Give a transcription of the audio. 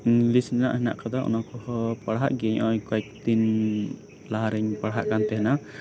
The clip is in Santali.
ᱤᱝᱞᱤᱥ ᱨᱮᱱᱟᱜ ᱦᱮᱱᱟᱜ ᱠᱟᱫᱟ ᱚᱱᱟ ᱠᱚᱦᱚᱸ ᱯᱟᱲᱦᱟᱜ ᱜᱤᱭᱟᱹᱧ ᱡᱮᱢᱚᱱ ᱠᱚᱭᱮᱠ ᱫᱤᱱ ᱞᱟᱦᱟ ᱨᱤᱧ ᱯᱟᱲᱦᱟᱜ ᱠᱟᱱ ᱛᱟᱦᱮᱸᱱᱟ